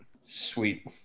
sweet